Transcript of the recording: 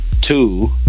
two